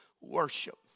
worship